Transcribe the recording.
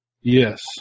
Yes